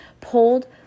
pulled